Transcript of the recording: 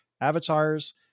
avatars